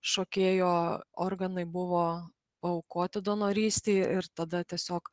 šokėjo organai buvo paaukoti donorystei ir tada tiesiog